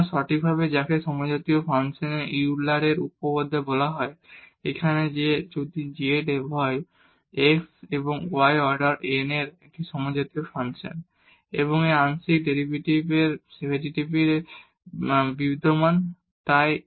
সুতরাং সঠিকভাবে যাকে সমজাতীয় ফাংশনে ইউলারের উপপাদ্য বলা হয় এবং এটি বলে যে যদি z হল x এবং y অর্ডার n এর একটি সমজাতীয় ফাংশন এবং এই আংশিক ডেরিভেটিভস বিদ্যমান এবং তাই